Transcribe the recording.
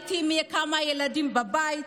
ראיתי כמה ילדים בבית,